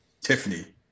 Tiffany